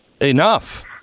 enough